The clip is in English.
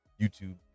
YouTube